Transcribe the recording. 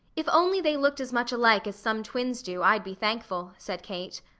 if only they looked as much alike as some twins do, i'd be thankful, said kate.